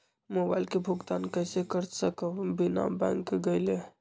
Mobile के भुगतान कईसे कर सकब बिना बैंक गईले?